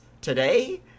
today